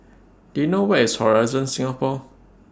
Do YOU know Where IS Horizon Singapore